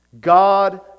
God